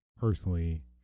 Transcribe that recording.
Personally